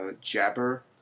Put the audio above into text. Jabber